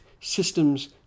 systems